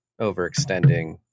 overextending